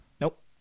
Nope